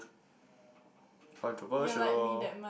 controversial